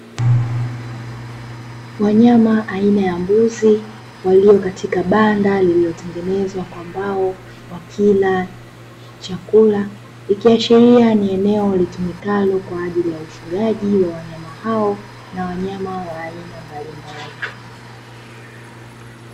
Wanyama aina ya mbuzi wakiwa kwenye banda lililotengenezwa kwa mbao, wakila chakula ikiashiria ni eneo linalotumikalo kwa ajili ya ufugaji ya wanyama hao na wanyama mbalimbali.